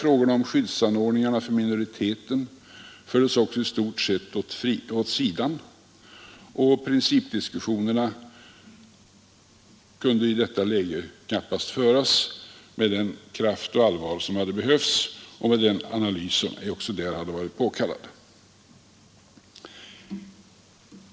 ågorna om skyddsanordningarna för minoriteten fördes också i stort sett åt sidan, och principdiskussionerna kunde i det läget knappast föras med den kraft och det allvar som hade behövts och med den analys som också där hade varit påkallad.